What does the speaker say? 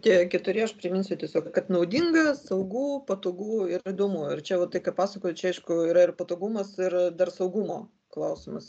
tie keturi aš priminsiu tiesiog kad naudinga saugu patogu ir įdomu ar čia vat tai ką pasakojot čia aišku yra ir patogumas ir dar saugumo klausimas